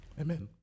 Amen